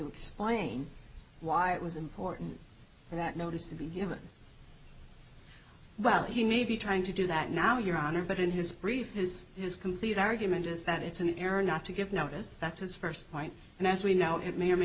explain why it was important for that notice to be given but he may be trying to do that now your honor but in his brief his his complete argument is that it's an error not to give notice that's his first point and as we know it may or may